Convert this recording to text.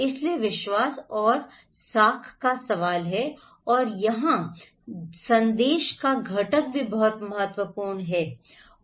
इसलिए विश्वास और साख का सवाल है और यहां संदेश का घटक भी बहुत महत्वपूर्ण घटक है